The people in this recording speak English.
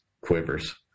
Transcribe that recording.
quivers